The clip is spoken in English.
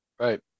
Right